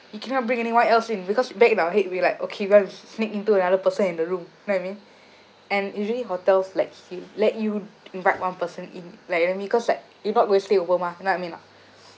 you cannot bring anyone else in because back in our head we like okay we want to sneak into another person in the room you know what I mean and usually hotels lets you let you invite one person in like you know what I mean cause like you're not gonna stay over mah you know what I mean or not